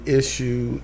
issue